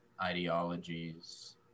ideologies